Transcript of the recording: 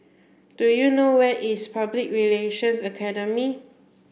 do you know where is Public Relations Academy